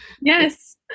Yes